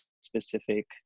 specific